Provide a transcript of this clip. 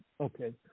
Okay